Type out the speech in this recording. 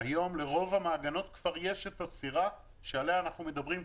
היום לרוב המעגנות כבר יש את הסירה שעליה אנחנו מדברים כאן.